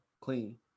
clean